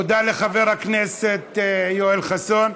תודה לחבר הכנסת יואל חסון.